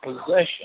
possession